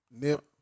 Nip